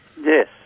Yes